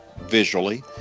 visually